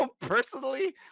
personally